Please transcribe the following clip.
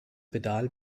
pedal